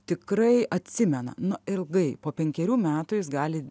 tikrai atsimena nu ilgai po penkerių metų jis gali